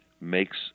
makes